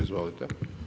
Izvolite.